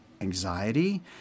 anxiety